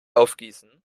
aufgießen